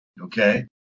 Okay